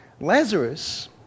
Lazarus